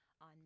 on